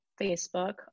Facebook